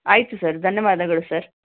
ಆಯಿತು ಸರ್ ಧನ್ಯವಾದಗಳು ಸರ್